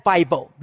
Bible